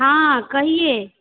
हाँ कहिये